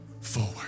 forward